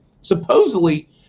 Supposedly